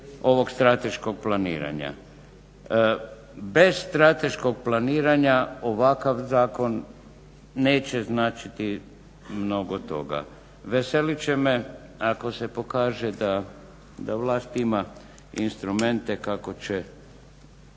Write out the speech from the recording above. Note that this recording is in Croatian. ovog strateškog planiranja. Bez strateškog planiranja ovakav zakon neće značiti mnogo toga. Veselit će me ako se pokaže da vlast ima instrumente kako će